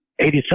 87